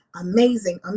amazing